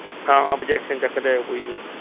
ਹਾਂ ਓਬਜੈਕਸ਼ਨ ਚੱਕ ਲੈ ਆਉ ਕੋਈ ਨਹੀਂ